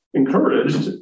encouraged